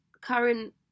current